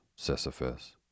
Sisyphus